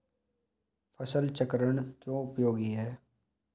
फसल चक्रण क्यों उपयोगी है?